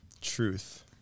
Truth